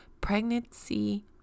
Pregnancy